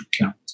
count